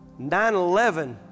9-11